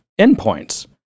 endpoints